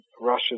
Russian